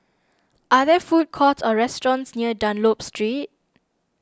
are there food courts or restaurants near Dunlop Street